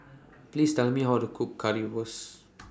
Please Tell Me How to Cook Currywurst